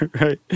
Right